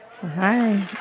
Hi